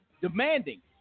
demanding